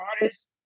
artists